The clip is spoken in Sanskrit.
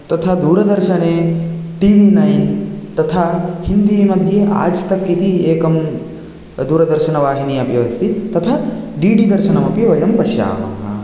तथा दूरदर्शने टि वि नैन् तथा हिन्दीमध्ये आज्तक् इति एकं दूरदर्शनवाहिनी अपि अस्ति तथा डि डि दर्शनमपि वयं पश्यामः